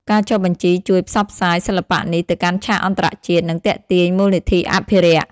ការចុះបញ្ជីជួយ ផ្សព្វផ្សាយ សិល្បៈនេះទៅកាន់ឆាកអន្តរជាតិ និងទាក់ទាញមូលនិធិអភិរក្ស។